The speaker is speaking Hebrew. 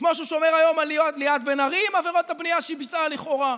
כמו שהוא שומר היום על ליאת בן ארי עם עבירות הבנייה שהיא ביצעה לכאורה.